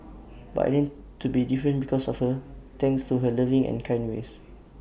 but I learnt to be different because of her thanks to her loving and kind ways